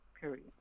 Period